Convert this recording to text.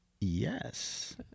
Yes